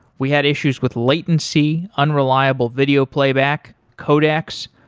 we had issues with latency, unreliable video playback, codecs.